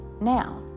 now